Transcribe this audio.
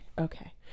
okay